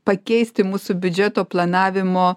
pakeisti mūsų biudžeto planavimo